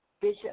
bishop